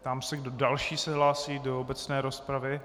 Ptám se, kdo další se hlásí do obecné rozpravy.